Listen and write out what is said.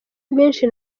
bwinshi